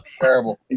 Terrible